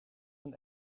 een